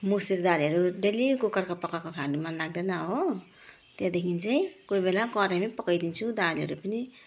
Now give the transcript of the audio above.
मुसुरी दालहरू डेली कुकरको पकाएको खानु मन लाग्दैन हो त्यहाँदेखि चाहिँ कोही बेला कराहीमै पकाइदिन्छु दालहरू पनि